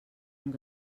amb